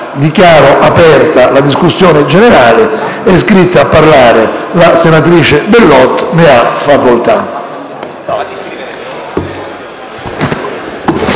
dichiarata aperta la discussione generale. È iscritta a parlare la senatrice Bellot. Ne ha facoltà.